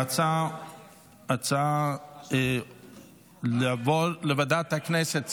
ההצעה לעבור לוועדת הכנסת,